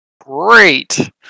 Great